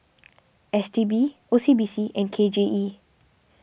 S T B O C B C and K J E